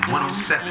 107